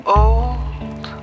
old